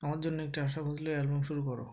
আমার জন্য একটি আশা ভোঁসলের অ্যালবাম শুরু করো